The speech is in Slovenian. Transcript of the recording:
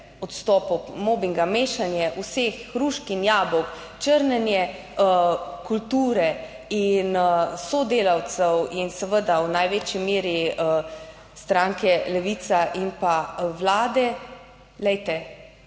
odstopov, mobinga, mešanje vseh hrušk in jabolk, črnenje kulture in sodelavcev in seveda v največji meri stranke Levica in pa Vlade, glejte,